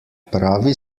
pravi